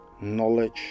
knowledge